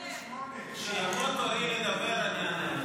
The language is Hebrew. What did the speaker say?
38. כשיבוא תורי לדבר אני אענה לך.